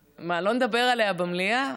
מה, לא נדבר עליה במליאה?